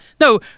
No